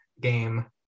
game